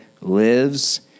lives